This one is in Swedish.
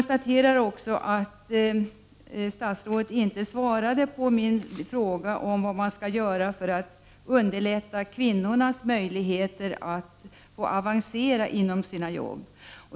Statsrådet svarade inte på min fråga om vad man skall göra för att underlätta kvinnornas möjligheter att avancera inom sina jobb.